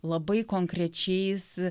labai konkrečiais